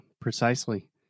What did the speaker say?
precisely